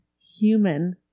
human